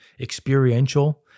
experiential